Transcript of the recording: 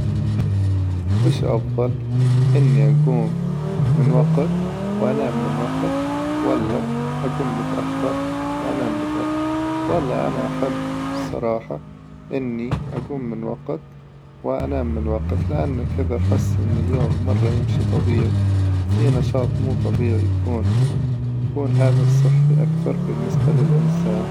وش أفظل إني أقوم من وقت وأنام من وقت، ولا أقوم متأخر وأنام متأخر؟ والله أنا أحب الصراحة إني أقوم من وقت وأنام من وقت لأن كذا أحس إن اليوم مرة يمشي طبيعي وفيه نشاط مو طبيعي يكون، يكون هذا الصحي أكثر بالنسبة للإنسان.